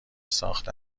ساخته